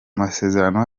masezerano